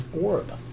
orb